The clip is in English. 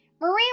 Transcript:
Maria